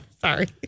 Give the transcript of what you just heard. Sorry